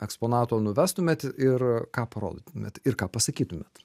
eksponato nuvestumėt ir ką parodytumėt ir ką pasakytumėt